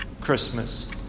Christmas